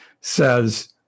says